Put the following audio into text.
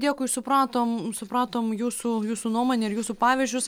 dėkui supratom supratom jūsų jūsų nuomonę ir jūsų pavyzdžius